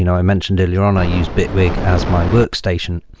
you know i mentioned earlier on i use bitwig as my workstation,